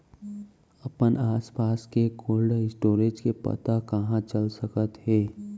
अपन आसपास के कोल्ड स्टोरेज के पता कहाँ चल सकत हे?